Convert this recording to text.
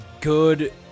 good